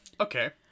Okay